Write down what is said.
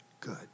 good